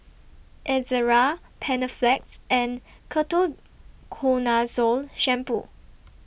Ezerra Panaflex and Ketoconazole Shampoo